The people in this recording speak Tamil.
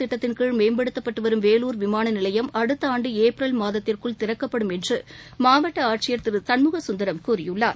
திட்டத்தின்கீழ் மேம்படுத்தப்பட்டுவரும் வேலூர் விமானநிலையம் மத்தியஅரசின் உதான் அடுத்தஆண்டுஏப்ரல் மாதத்திற்குள் திறக்கப்படும் என்றுமாவட்டஆட்சியர் திருசண்முககந்தரம் கூறியுள்ளார்